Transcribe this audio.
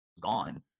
gone